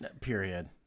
Period